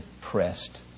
pressed